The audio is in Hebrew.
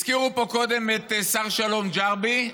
הזכירו פה קודם את שר שלום ג'רבי,